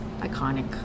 Iconic